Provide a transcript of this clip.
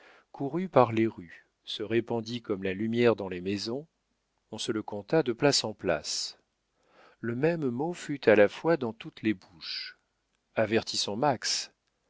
courut par les rues se répandit comme la lumière dans les maisons on se la conta de place en place le même mot fut à la fois dans toutes les bouches avertissons max max